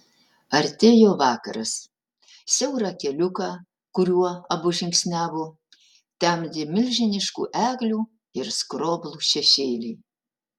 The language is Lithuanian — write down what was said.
artėjo vakaras siaurą keliuką kuriuo abu žingsniavo temdė milžiniškų eglių ir skroblų šešėliai